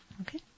Okay